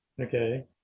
okay